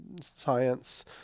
science